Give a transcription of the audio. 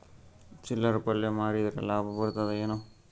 ಚಿಲ್ಲರ್ ಪಲ್ಯ ಮಾರಿದ್ರ ಲಾಭ ಬರತದ ಏನು?